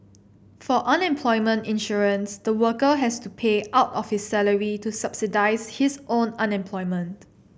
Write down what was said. for unemployment insurance the worker has to pay out of his salary to subsidise his own unemployment